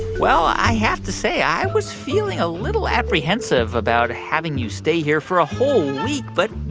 well, i have to say i was feeling a little apprehensive about having you stay here for a whole week, but,